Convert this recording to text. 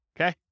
okay